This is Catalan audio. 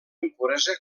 impuresa